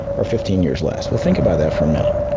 or fifteen years less. well, think about that for a minute.